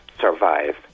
survive